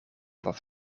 dat